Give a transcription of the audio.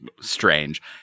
strange